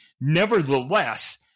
Nevertheless